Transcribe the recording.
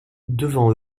devant